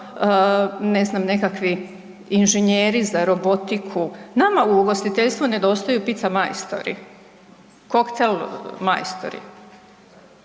ne znam nekakvi inženjeri za robotiku. Nama u ugostiteljstvu nedostaje pizza majstori, koktel majstori.